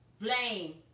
Blame